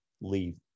leave